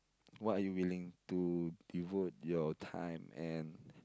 what are you willing to devote your time and